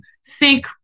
sync